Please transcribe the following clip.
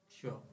Sure